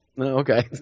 Okay